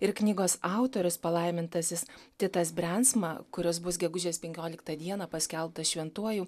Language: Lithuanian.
ir knygos autorius palaimintasis titas brensma kuris bus gegužės penkioliktą dieną paskelbtas šventuoju